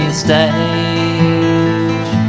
stage